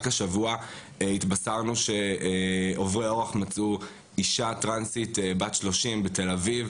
רק השבוע התבשרנו שעוברי אורח מצאו אישה טרנסית בת 30 בתל אביב,